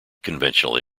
conventionally